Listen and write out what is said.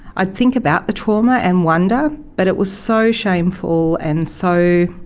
i'd think about the trauma and wonder, but it was so shameful and so